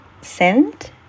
send